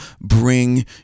bring